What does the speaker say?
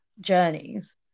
journeys